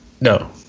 No